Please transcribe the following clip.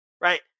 right